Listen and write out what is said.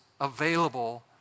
available